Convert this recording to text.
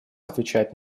отвечает